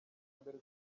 mbere